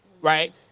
right